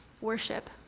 worship